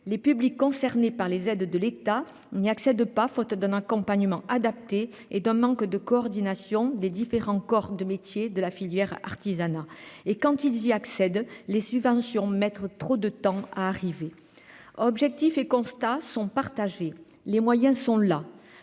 Les publics concernés par les aides de l'État n'y accèdent pas, faute d'un accompagnement adapté et d'un manque de coordination des différents corps de métiers de la filière, artisanat et quand ils y accèdent, les subventions mettre trop de temps à arriver. Objectif et constats sont partagés. Les moyens sont là,